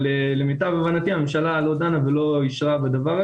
למיטב הבנתי, הממשלה לא דנה ולא אישרה בדבר הזה.